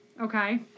okay